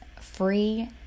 free